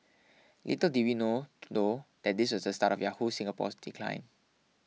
little did we know though that this was the start of Yahoo Singapore's decline